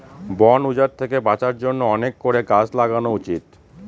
বন উজাড় থেকে বাঁচার জন্য অনেক করে গাছ লাগানো উচিত